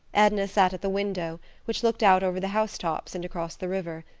edna sat at the window, which looked out over the house-tops and across the river.